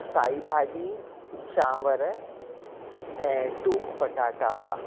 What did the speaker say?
साई भाॼी चांवर ऐं टूक पटाटा हुआ